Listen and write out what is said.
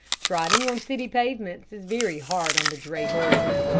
trotting on city pavements is very hard on the dray horses.